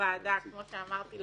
בוועדה כמו שאמרתי,